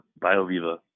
bioviva